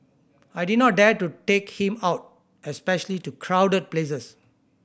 I did not dare to take him out especially to crowded places